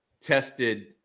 tested